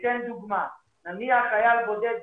כיוון שבצה"ל הם עטופים ולאחר מכן חייבים לייצר,